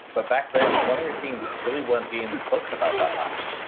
but back then morning routines really wasn't being spoken about that much.